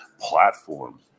platform